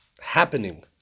happening